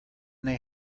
they